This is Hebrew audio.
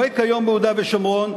הנוהג כיום ביהודה ושומרון,